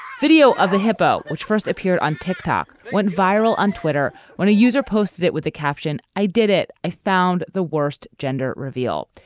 video of a hippo which first appeared on ticktock went viral on twitter when a user posted it with a caption i did it i found the worst gender reveal.